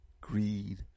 greed